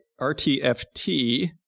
RTFT